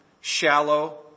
shallow